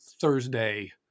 Thursday